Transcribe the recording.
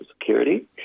Security